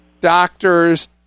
doctors